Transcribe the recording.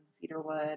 cedarwood